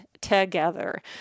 together